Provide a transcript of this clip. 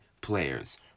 players